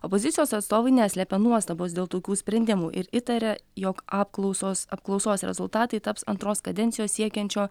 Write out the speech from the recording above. opozicijos atstovai neslepia nuostabos dėl tokių sprendimų ir įtaria jog apklausos apklausos rezultatai taps antros kadencijos siekiančio